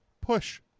push